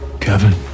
Kevin